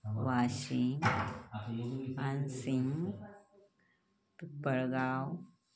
Washim Ansing Pimpalgaon